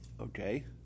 Okay